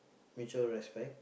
mutual respect